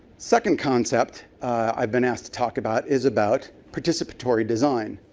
second concept i've been asked to talk about is about participatory design.